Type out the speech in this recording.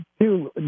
two